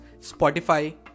Spotify